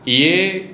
ये